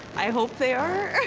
i hope they are.